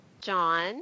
John